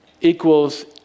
equals